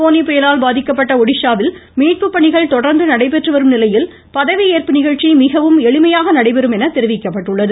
போனி புயலால் பாதிக்கப்பட்ட ஒடிஷாவில் மீட்பு பணிகள் தொடர்ந்து நடைபெற்று வரும் நிலையில் பதவி ஏற்பு நிகழ்ச்சி மிகவும் எளிமையாக நடைபெறும் என தெரிவிக்கப்பட்டுள்ளது